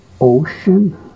ocean